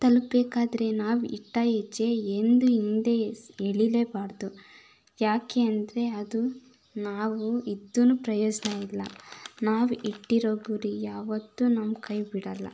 ತಲುಪಬೇಕಾದ್ರೆ ನಾವು ಇಟ್ಟ ಹೆಜ್ಜೆ ಎಂದು ಹಿಂದೆ ಎಳೀಲೆಬಾರದು ಯಾಕೆ ಅಂದರೆ ಅದು ನಾವು ಇದ್ದೂ ಪ್ರಯೋಜನ ಇಲ್ಲ ನಾವು ಇಟ್ಟಿರೊ ಗುರಿ ಯಾವತ್ತೂ ನಮ್ಮ ಕೈ ಬಿಡೋಲ್ಲ